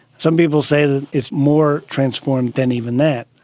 some people say that it's more transformed than even that,